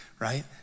Right